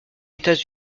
états